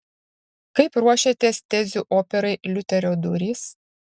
kaip ruošiatės tezių operai liuterio durys